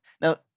Now